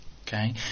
Okay